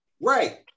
Right